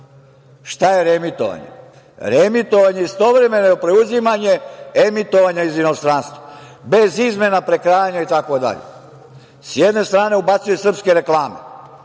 je reemitovanje? Reemitovanje je istovremeno preuzimanje emitovanja iz inostranstva bez izmena, prekrajanja, itd. S jedne strane ubacuju srpske reklame